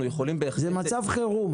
זה מצב חירום,